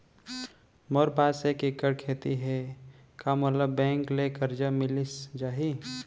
मोर पास एक एक्कड़ खेती हे का मोला बैंक ले करजा मिलिस जाही?